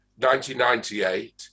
1998